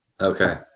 Okay